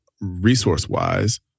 resource-wise